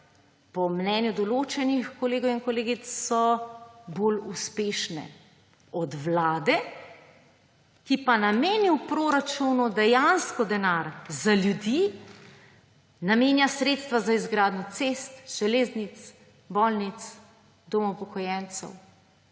po mnenju določenih kolegov in kolegic bolj uspešne od vlade, ki pa nameni v proračunu dejansko denar za ljudi, namenja sredstva za izgradnjo cest, železnic, bolnic, domov upokojencev